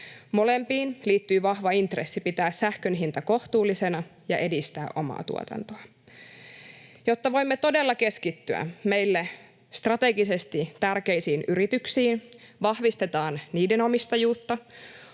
Molempiin liittyy vahva intressi pitää sähkön hinta kohtuullisena ja edistää omaa tuotantoa. Jotta voimme todella keskittyä meille strategisesti tärkeisiin yrityksiin, vahvistetaan niiden omistajuutta,